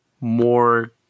more